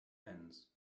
ends